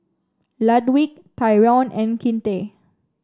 Ludwig Tyrone and Kinte